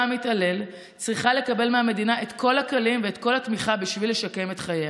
המתעלל צריכה לקבל מהמדינה את כל הכלים ואת כל התמיכה בשביל לשקם את חייה.